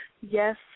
Yes